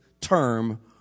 term